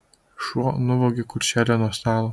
šuo nuvogė kulšelę nuo stalo